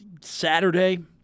Saturday